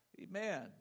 Amen